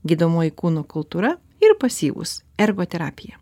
gydomoji kūno kultūra ir pasyvūs ergoterapija